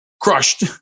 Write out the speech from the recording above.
crushed